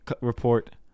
report